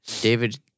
David